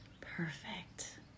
Perfect